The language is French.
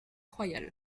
royale